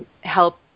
help